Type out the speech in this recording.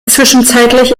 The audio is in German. zwischenzeitlich